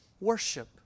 worship